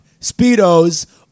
Speedos